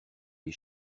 les